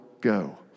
go